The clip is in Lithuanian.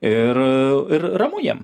ir ir ramu jiem